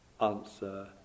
answer